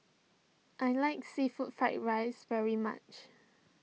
I like Seafood Fried Rice very much